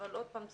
עוד פעם.